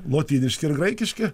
lotyniški ir graikiški